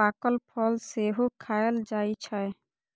पाकल फल सेहो खायल जाइ छै